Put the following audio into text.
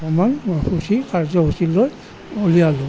ভ্ৰমণ সূচী কাৰ্যসূচী লৈ উলিয়ালোঁ